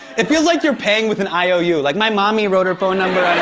it feels like you're paying with an iou like, my mommy wrote her phone number on it.